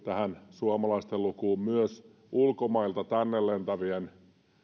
tähän suomalaisten lukuun laskettu myös ulkomailta tänne lentävien